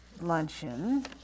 luncheon